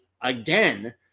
again